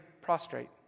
prostrate